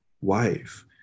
wife